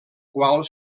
qual